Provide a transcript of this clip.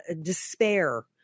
despair